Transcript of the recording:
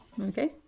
Okay